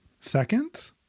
Second